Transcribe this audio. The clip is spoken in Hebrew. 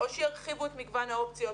או שירחיבו את מגוון האופציות,